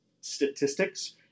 statistics